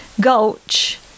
Gulch